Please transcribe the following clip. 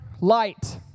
light